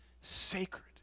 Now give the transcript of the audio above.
Sacred